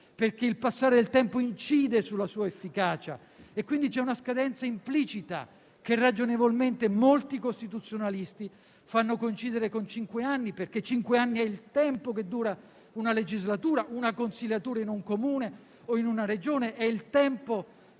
Il passare del tempo incide infatti sulla sua efficacia e quindi c'è una scadenza implicita che ragionevolmente molti costituzionalisti fanno coincidere con cinque anni, perché questa è la durata di una legislatura e di una consiliatura in un Comune o in una Regione ed è